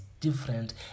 different